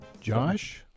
Josh